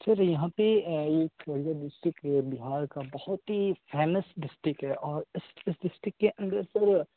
سر یہاں پہ یہ کھگڑیہ ڈسٹرکٹ بہار کا بہت ہی فیمس ڈسٹرکٹ ہے اور اس اس ڈسٹرکٹ کے اندر سر